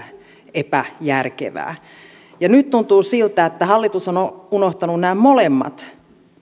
epäjärkevää nyt tuntuu siltä että hallitus on on unohtanut nämä molemmat